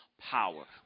power